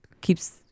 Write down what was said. Keeps